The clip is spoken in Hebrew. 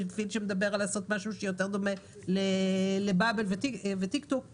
ויש מפעיל שמדבר על לעשות משהו שיותר דומה לבאבל וטיק טוק.